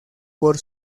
por